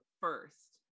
first